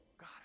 God